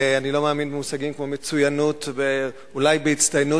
אני לא מאמין במושגים כמו "מצוינות"; אולי בהצטיינות.